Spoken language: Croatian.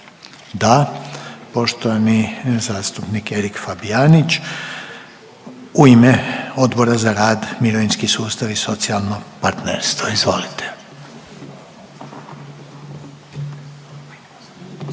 Da, poštovani zastupnik Erik Fabijanić u ime Odbora za rad, mirovinski sustav i socijalno partnerstvo, izvolite.